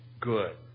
good